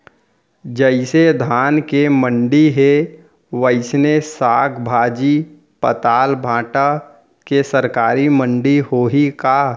जइसे धान के मंडी हे, वइसने साग, भाजी, पताल, भाटा के सरकारी मंडी होही का?